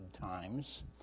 times